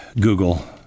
Google